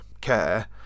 care